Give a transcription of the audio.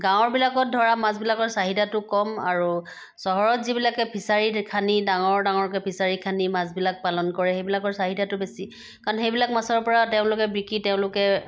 গাঁৱৰবিলাকত ধৰা মাছবিলাকৰ চাহিদাটো কম আৰু চহৰত যিবিলাকে ফিচাৰী খান্দি ডাঙৰ ডাঙৰকৈ ফিচাৰী খান্দি মাছবিলাক পালন কৰে সেইবিলাকৰ চাহিদাটো বেছি কাৰণ সেইবিলাক মাছৰ পৰা তেওঁলোকে বিকি তেওঁলোকে